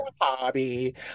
hobby